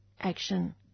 action